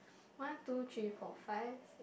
one two three four five six